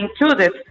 included